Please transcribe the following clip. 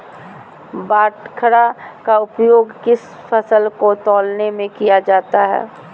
बाटखरा का उपयोग किस फसल को तौलने में किया जाता है?